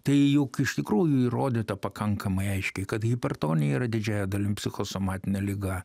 tai juk iš tikrųjų įrodyta pakankamai aiškiai kad hipertonija yra didžiąja dalim psichosomatinė liga